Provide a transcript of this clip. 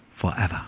forever